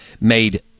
made